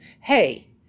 hey